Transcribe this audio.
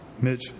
Mitch